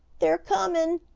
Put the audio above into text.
they're comin'!